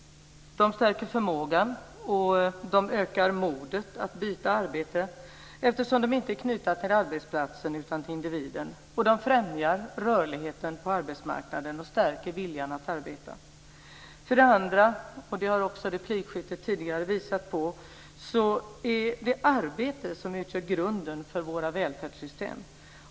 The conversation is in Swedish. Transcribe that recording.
De stärker förmågan, och de ökar modet att byta arbete eftersom de inte är knutna till arbetsplatsen utan till individen. De främjar också rörligheten på arbetsmarknaden och stärker viljan att arbeta. För det andra - och det har också det tidigare replikskiftet visat på - är det arbete som utgör grunden för våra välfärdssystem.